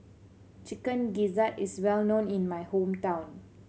Chicken Gizzard is well known in my hometown